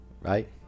Right